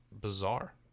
bizarre